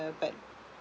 but